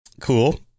cool